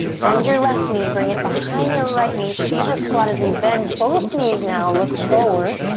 bend your left knee, bring it behind your right knee, shiva squat as we bend both knees now, look forward,